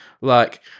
Like-